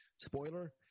Spoiler